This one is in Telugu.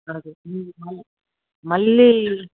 మల్లీ